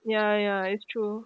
ya ya it's true